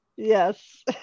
Yes